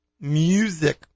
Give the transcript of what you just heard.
Music